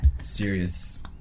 serious